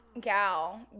gal